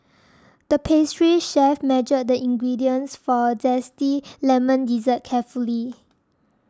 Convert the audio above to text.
the pastry chef measured the ingredients for a Zesty Lemon Dessert carefully